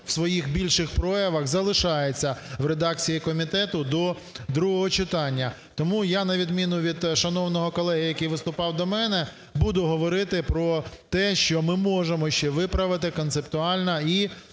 у своїх більших проявах залишається в редакції комітету до другого читання. Тому я на відміну від шановного колеги, який виступав до мене, буду говорити про те, що ми можемо ще виправити концептуально і